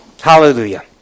Hallelujah